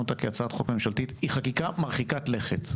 אותה כהצעת חוק ממשלתית היא חקיקה מרחיקת לכת.